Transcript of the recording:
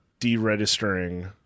deregistering